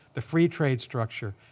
the free trade structure,